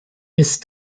mist